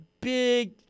big